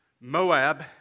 Moab